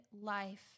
life